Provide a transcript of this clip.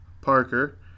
Parker